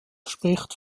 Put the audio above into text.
spricht